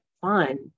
fun